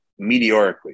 meteorically